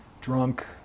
Drunk